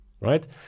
right